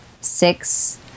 six